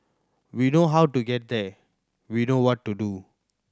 we know how to get there we know what to do